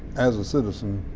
as a citizen,